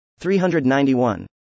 391